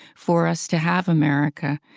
for us to have america.